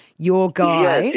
your guy.